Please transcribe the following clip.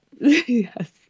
Yes